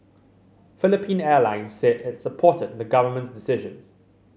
Philippine Airlines said it supported the government's decision